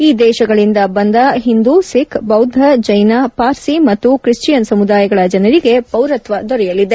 ಈ ದೇಶಗಳಿಂದ ಬಂದ ಹಿಂದೂ ಸಿಖ್ ಬೌದ್ಧ ಜೈನ ಪಾರ್ಸಿ ಮತ್ತು ತ್ರಿಶ್ಲಿಯನ್ ಸಮುದಾಯಗಳ ಜನರಿಗೆ ಪೌರತ್ವ ದೊರೆಯಲಿದೆ